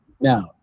Now